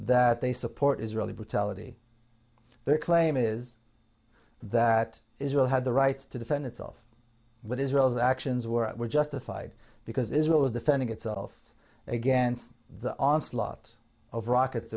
they support israeli brutality their claim is that israel had the right to defend itself but israel's actions were justified because israel was defending itself against the onslaught of rockets